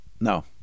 No